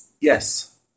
yes